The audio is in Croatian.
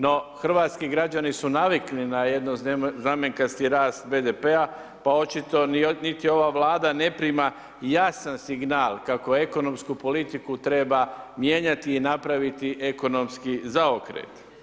No hrvatski građani su navikli na jednoznamenkasti rast BDP-a, pa očito niti ova Vlada ne prima jasan signal kako ekonomsku politiku treba mijenjati i napraviti ekonomski zaokret.